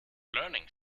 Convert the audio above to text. learning